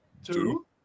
Two